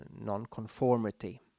non-conformity